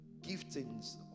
giftings